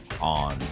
on